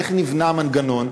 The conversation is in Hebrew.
איך נבנה המנגנון,